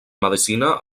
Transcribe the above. medicina